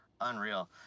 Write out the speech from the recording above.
unreal